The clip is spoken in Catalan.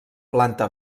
planta